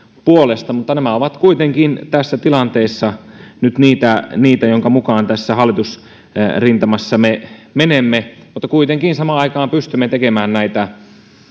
puolesta mutta nämä ovat kuitenkin tässä tilanteessa nyt niitä niitä joiden mukaan tässä hallitusrintamassa me menemme kuitenkin samaan aikaan pystymme tekemään näitä